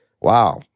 wow